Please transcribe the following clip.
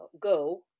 go